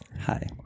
Hi